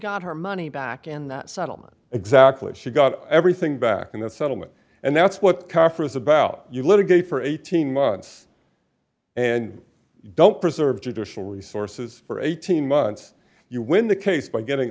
got her money back and that settlement exactly she got everything back in the settlement and that's what kafir is about you litigate for eighteen months and don't preserve judicial resources for eighteen months you win the case by getting